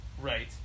Right